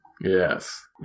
Yes